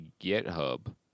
GitHub